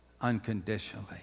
unconditionally